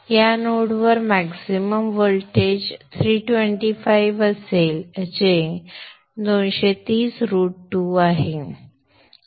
या नोडवर maximum voltage 325 असेल जे 230√2 आहे